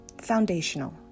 foundational